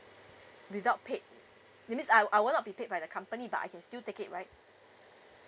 without paid it means I I would not be paid by the company but I can still take it right